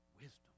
wisdom